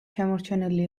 შემორჩენილი